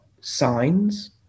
signs